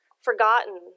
forgotten